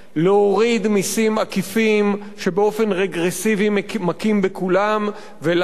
להוריד מסים עקיפים שבאופן רגרסיבי מכים בכולם ולהעלות